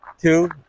two